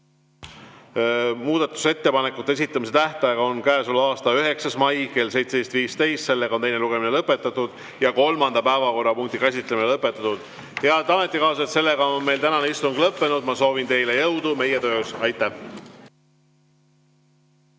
Muudatusettepanekute esitamise tähtaeg on käesoleva aasta 9. mai kell 17.15. Teine lugemine on lõpetatud ja kolmanda päevakorrapunkti käsitlemine on lõpetatud. Head ametikaaslased! Meie tänane istung on lõppenud. Ma soovin teile jõudu meie töös. Aitäh!